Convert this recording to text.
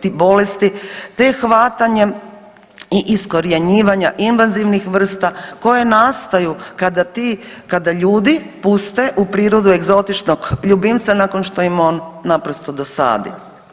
ti bolesti, te hvatanjem i iskorjenjivanja invazivnih vrsta koje nastaju kada ti, kada ljudi puste u prirodu egzotičnog ljubimca nakon što im on naprosto dosadi.